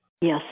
Yes